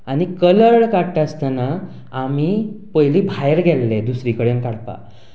आनी कलर्ड काडटा आसतना आमीं पयलीं भायर गेल्ले दुसरे कडेन काडपाक